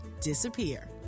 disappear